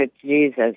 Jesus